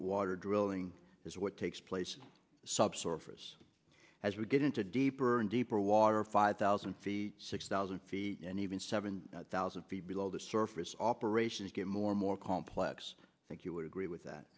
deepwater drilling is what takes place subsurface as we get into deeper and deeper water five thousand feet six thousand feet and even seven thousand feet below the surface operations get more and more complex thank you would agree with that